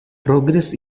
progress